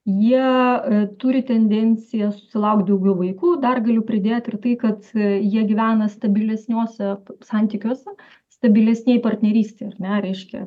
jie turi tendenciją susilaukt daugiau vaikų dar galiu pridėt ir tai kad jie gyvena stabilesniuose santykiuose stabilesnėj partnerystėj ar ne reiškia